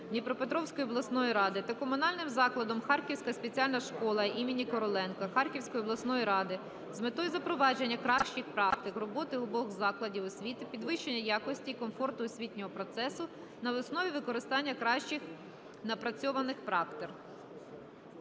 Дніпропетровської обласної ради та Комунальним закладом "Харківська спеціальна школа імені Короленка" Харківської обласної ради з метою запровадження кращих практик роботи обох закладів освіти, підвищення якості і комфорту освітнього процесу на основі використання кращих напрацьованих практик.